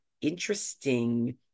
interesting